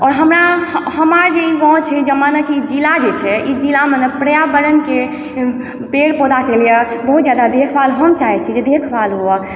आओर हमरा हमर जे ई गाँव छै जाहिमे ने कि ई जिला जे छै ई जिलामे ने पर्यावरणके पेड़ पौधाके लिए बहुत जादा देखभाल हम चाहै छी जे देखभाल हुअ